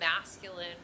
masculine